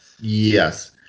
Yes